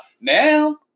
Now